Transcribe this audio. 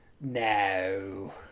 No